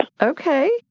Okay